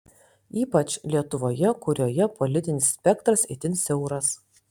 ypač lietuvoje kurioje politinis spektras itin siauras